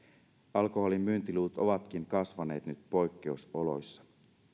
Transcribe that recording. alkoholin myyntiluvut ovatkin kasvaneet nyt poikkeusoloissa